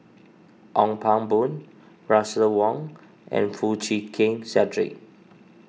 Ong Pang Boon Russel Wong and Foo Chee Keng Cedric